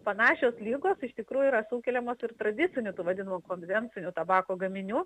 panašios ligos iš tikrųjų yra sukeliamos ir tradiciniu tų vadinamų konvencinių tabako gaminių